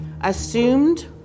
assumed